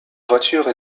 voiture